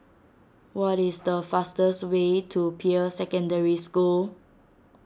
what is the fastest way to Peirce Secondary School